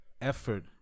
Effort